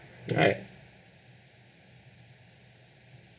alright